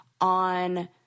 on